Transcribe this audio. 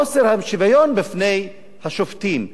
חוסר השוויון בפני השופטים.